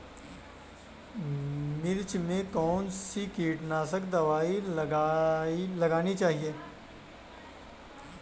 मिर्च में कौन सी कीटनाशक दबाई लगानी चाहिए?